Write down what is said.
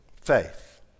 faith